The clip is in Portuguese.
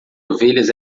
ovelhas